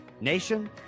Nation